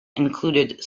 included